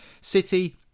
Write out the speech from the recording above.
City